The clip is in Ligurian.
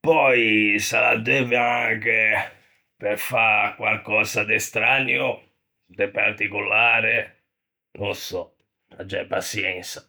Pöi se l'addeuvian anche pe fâ quarcösa de stranio, de particolare, no ô sò, aggiæ paçiensa.